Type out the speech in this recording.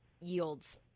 yields